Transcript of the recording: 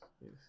Yes